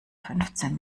fünfzehn